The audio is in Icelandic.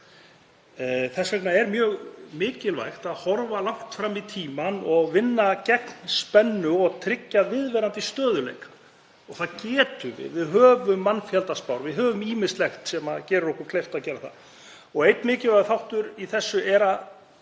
Þess vegna er mjög mikilvægt að horfa langt fram í tímann og vinna gegn spennu og tryggja viðvarandi stöðugleika. Það getum við. Við höfum mannfjöldaspár og við höfum ýmislegt sem gerir okkur kleift að gera það. Einn mikilvægur þáttur í þessu er að